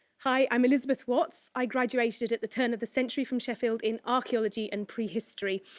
hi, i'm elizabeth watts. i graduated at the turn of the century from sheffield in archaeology and prehistory.